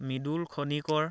Mridul Khanikar